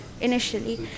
initially